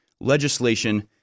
legislation